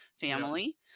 family